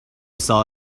saw